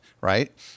right